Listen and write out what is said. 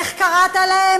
איך קראת להם?